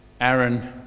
Aaron